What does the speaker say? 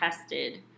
tested